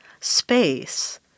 space